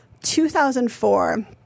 2004